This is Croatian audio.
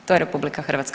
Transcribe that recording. To je RH.